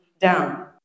down